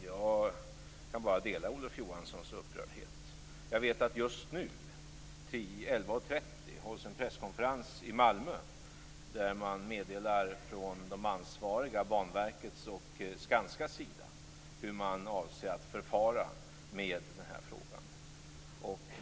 Jag kan bara dela Olof Johanssons upprördhet. Jag vet att det kl. 11.30 i dag hålls en presskonferens i Malmö, där man från de ansvarigas sida, dvs. Skanska och Banverket, kommer att meddela hur man avser att förfara med den här frågan.